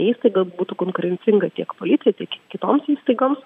įstaiga būtų konkurencinga tiek policijai tiek kitoms įstaigoms